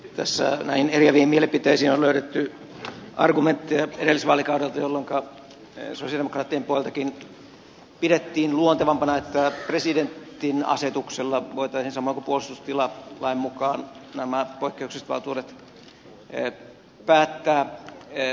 tässä näihin eriäviin mielipiteisiin on löydetty argumentteja edellisvaalikaudelta jolloinka sosialidemokraattien puoleltakin pidettiin luontevampana että presidentin asetuksella voitaisiin samoin kuin puolustustilalain mukaan nämä poikkeukselliset valtuudet päättää